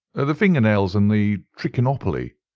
ah the finger nails and the trichinopoly,